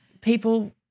people